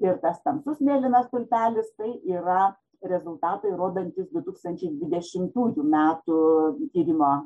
ir tas tamsus mėlynas stulpelis tai yra rezultatai rodantys du tūkstančiai dvidešimtųjų metų tyrimo